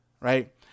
Right